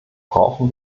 brauchen